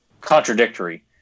Contradictory